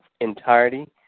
entirety